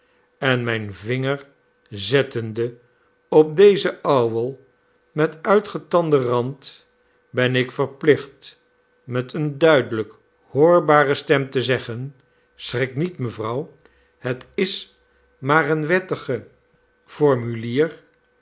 en mijn vinger zettende op dezen ouwel met uitgetanden rand ben ik verplicht met eene duidelijk hoorbare stem te zeggen schrik niet mevrouw het is maar een wettig formulier